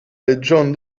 legion